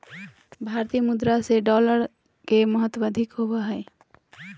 भारतीय मुद्रा से डॉलर के महत्व अधिक होबो हइ